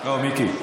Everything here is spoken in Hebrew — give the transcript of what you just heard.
לא, מיקי.